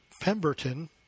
Pemberton